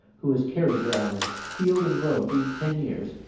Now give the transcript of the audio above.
who has carried your honour, field and road, these ten years,